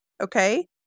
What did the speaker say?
Okay